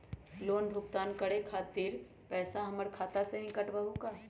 Loan भुगतान करे के खातिर पैसा हमर खाता में से ही काटबहु का?